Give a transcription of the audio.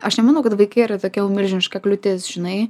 aš nemanau kad vaikai yra tokia jau milžiniška kliūtis žinai